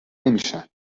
نمیشن